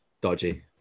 dodgy